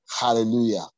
Hallelujah